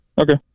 okay